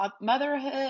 motherhood